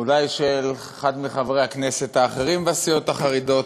אולי של אחד מחברי הכנסת האחרים בסיעות החרדיות,